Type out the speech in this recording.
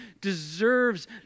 deserves